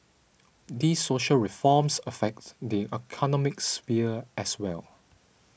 these social reforms affect the economic sphere as well